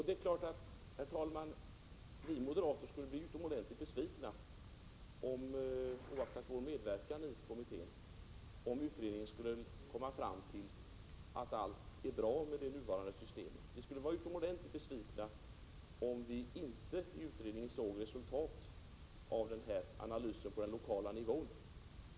Det är klart att vi moderater skulle bli utomordentligt besvikna om utredningen, oaktat vår medverkan, skulle komma fram till att allt är bra med det nuvarande systemet. Vi skulle vara utomordentligt besvikna om vi inte i utredningen såg resultat av analysen på den lokala nivån.